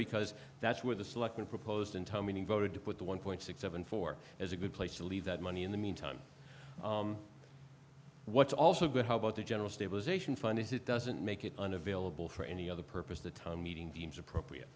because that's where the selection proposed in tommy voted to put the one point six seven four as a good place to leave that money in the meantime what's also good how about the general stabilization fund is it doesn't make it unavailable for any other purpose the town meeting deems appropriate